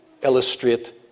illustrate